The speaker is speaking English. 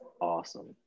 awesome